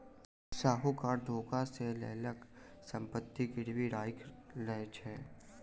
साहूकार धोखा सॅ लोकक संपत्ति गिरवी राइख लय छल